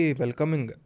welcoming